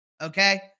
okay